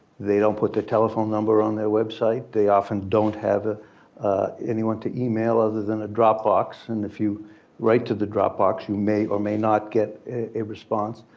they don't put their telephone number on their website. they often don't have ah anyone to email other than a dropbox and the few right to the dropbox you may or may not get a response.